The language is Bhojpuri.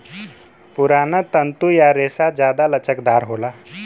पुराना तंतु या रेसा जादा लचकदार होला